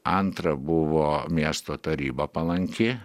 antra buvo miesto taryba palanki